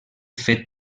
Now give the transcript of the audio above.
fet